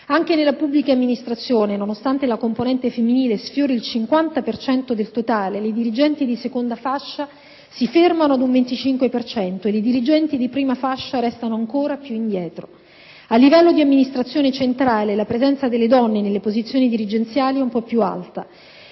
Anche nella pubblica amministrazione, nonostante la componente femminile sfiori il 50 per cento del totale, le dirigenti di seconda fascia si fermano ad un 25 per cento ed i dirigenti di prima fascia restano ancora più indietro. A livello di amministrazione centrale, la presenza delle donne nelle posizioni dirigenziali è un po' più alta.